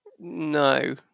No